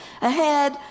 ahead